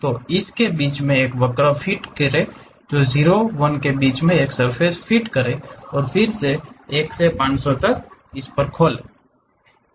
तो उसके बीच में एक वक्र फिट करें या 0 1 के बीच में एक सर्फ़ेस फिट करें और फिर से 1 से 500 तक इसे फिर से खोलें